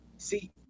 See